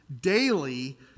daily